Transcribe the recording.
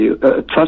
trust